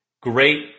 Great